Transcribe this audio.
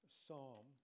psalm